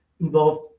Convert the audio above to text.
involved